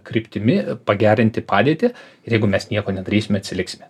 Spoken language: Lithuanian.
kryptimi pagerinti padėtį ir jeigu mes nieko nedarysim atsiliksime